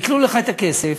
עיקלו לך את הכסף,